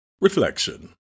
Reflection